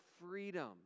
freedom